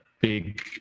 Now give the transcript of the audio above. big